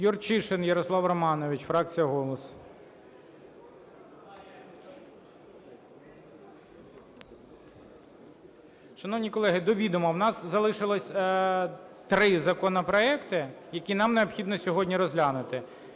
Юрчишин Ярослав Романович, фракція "Голос". Шановні колеги, до відома: у нас залишилось три законопроекти, які нам необхідно сьогодні розглянути.